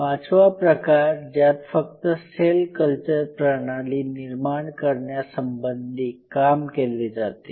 पाचवा प्रकार ज्यात फक्त सेल कल्चर प्रणाली निर्माण करण्यासंबंधी काम केले जाते